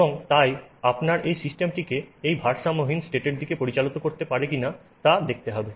এবং তাই আপনার এই সিস্টেমটিকে এই ভারসাম্যহীন স্টেটর দিকে পরিচালিত করতে পারেন কিনা তা দেখতে হবে